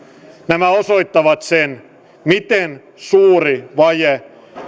nämä osoittavat sen miten suuri vaje